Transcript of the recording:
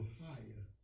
higher